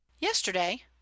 Yesterday